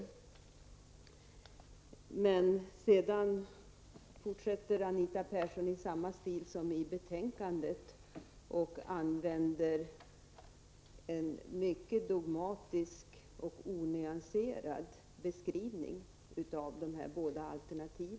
Anita Persson fortsätter vidare i samma stil som i betänkandet och gör en mycket dogmatisk och onyanserad beskrivning av de båda alternativen.